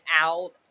out